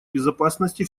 безопасности